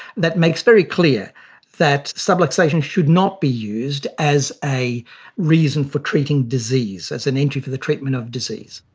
that makes very clear that subluxation should not be used as a reason for treating disease, as an entry for the treatment of disease.